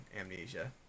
Amnesia